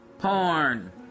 Porn